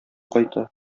кайта